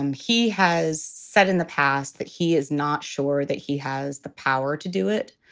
um he has said in the past that he is not sure that he has the power to do it,